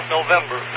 November